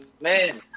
man